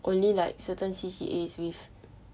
only like certain C_C_A's with